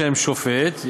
שהם שופט,